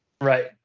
Right